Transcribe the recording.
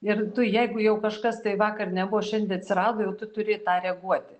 ir tu jeigu jau kažkas tai vakar nebuvo šiandien atsirado jau tu turi į tą reaguoti